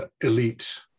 elite